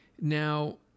Now